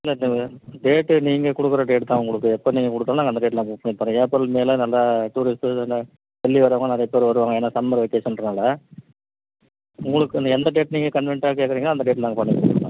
இல்லை டேட்டு நீங்கள் கொடுக்கற டேட்டு தான் உங்குளுக்கு எப்போ நீங்கள் கொடுத்தாலும் நாங்க அந்த டேட்டில் நாங்கள் புக் பண்ணித் தர்றோம் ஏப்ரல் மேல்லாம் நல்லா டூரீஸ்ட்டு எல்லாம் டெல்லி வர்றவங்க நிறைய பேர் வருவாங்கள் ஏன்னால் சம்மர் வெக்கேஷன்றனால் உங்களுக்கு எந்த டேட்டு நீங்கள் கன்வீனியன்ட்டா கேட்கறீங்களோ அந்த டேட்டில் நாங்கள் பண்ணிக் கொடுக்குறோம் நாங்கள்